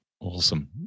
Awesome